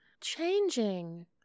changing